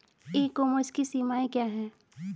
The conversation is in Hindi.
ई कॉमर्स की सीमाएं क्या हैं?